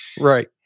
Right